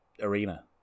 arena